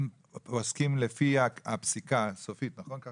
הם עוסקים לפי הפסיקה הסופית, נכון?